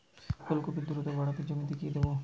ফুলকপি দ্রুত বাড়াতে জমিতে কি দেবো?